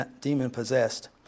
demon-possessed